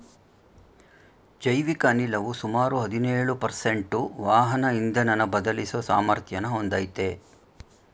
ಜೈವಿಕ ಅನಿಲವು ಸುಮಾರು ಹದಿನೇಳು ಪರ್ಸೆಂಟು ವಾಹನ ಇಂಧನನ ಬದಲಿಸೋ ಸಾಮರ್ಥ್ಯನ ಹೊಂದಯ್ತೆ